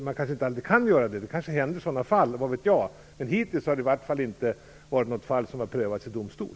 Det kan finnas sådana fall, men hittills har något sådant fall inte prövats i domstol.